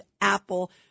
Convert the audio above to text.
Apple